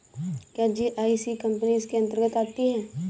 क्या GIC company इसके अन्तर्गत आती है?